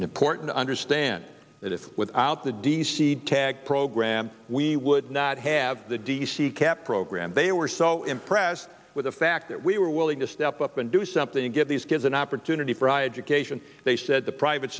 important to understand that if without the d c tag program we would not have the d c cap program they were so impressed with the fact that we were willing to step up and do something and give these kids an opportunity for education they said the private